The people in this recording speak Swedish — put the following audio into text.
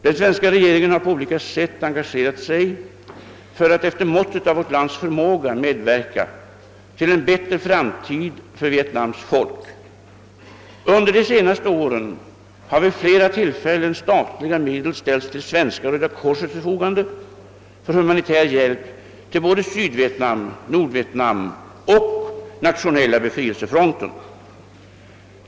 Den svenska regeringen har på olika sätt engagerat sig för att efter måttet av vårt lands förmåga medverka till en bättre framtid för Vietnams folk. Under de senaste åren har vid flera tillfällen statliga medel ställts till Svenska röda korsets förfogande för humanitär hjälp till både Sydvietnam, Nordvietnam och Nationella befrielsefronten.